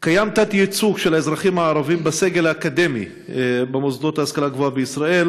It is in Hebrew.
יש תת-ייצוג של האזרחים הערבים בסגל האקדמי במוסדות להשכלה גבוהה בישראל